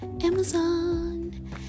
amazon